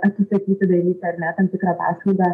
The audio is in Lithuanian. atsisakyti daryti ar ne tam tikrą paslaugą